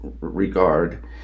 regard